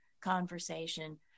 conversation